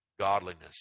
godliness